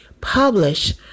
publish